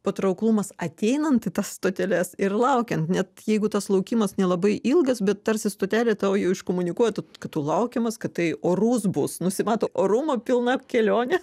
patrauklumas ateinant į tas stoteles ir laukiant net jeigu tas laukimas nelabai ilgas bet tarsi stotelė tau jau iškomunikuoja kad tu laukiamas kad tai orus bus nusimato orumo pilna kelionė